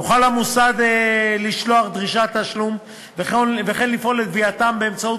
יוכל המוסד לשלוח דרישת תשלום וכן לפעול לגבייתם באמצעות